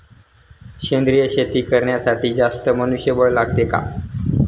सेंद्रिय शेती करण्यासाठी जास्त मनुष्यबळ लागते का?